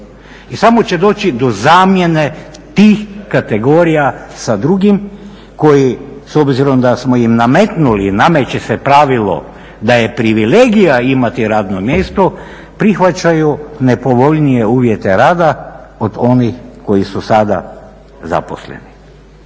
I samo će doći do zamjene tih kategorija sa drugim koji s obzirom da smo im nametnuli i nameće se pravilo da je privilegija imati radno mjesto prihvaćaju nepovoljnije uvjete rada od onih koji su sada zaposleni.